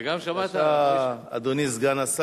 להחליף אותי?